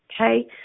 okay